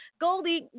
Goldie